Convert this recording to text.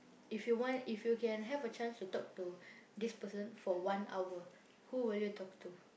if you want if you can have a chance to talk to this person for one hour who will you talk to